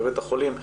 בבית החולים,